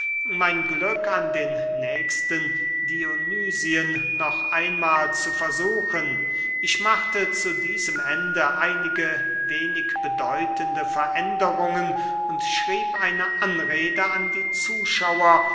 mein glück an den nächsten dionysien noch einmahl zu versuchen ich machte zu diesem ende einige wenig bedeutende veränderungen und schrieb eine anrede an die zuschauer